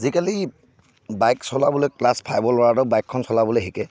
আজিকালি বাইক চলাবলৈ ক্লাছ ফাইভৰ ল'ৰা এটাও বাইকখন চলাবলৈ শিকে